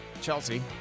Chelsea